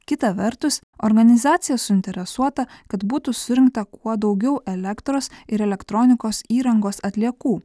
kita vertus organizacija suinteresuota kad būtų surinkta kuo daugiau elektros ir elektronikos įrangos atliekų